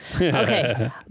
Okay